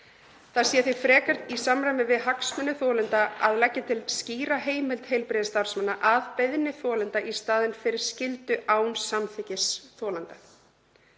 Það sé frekar í samræmi við hagsmuni þolenda að leggja til skýra heimild heilbrigðisstarfsmanna að beiðni þolenda í staðinn fyrir skyldu án samþykkis þolenda.